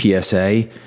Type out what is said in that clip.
PSA